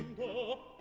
cool